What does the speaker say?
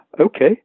okay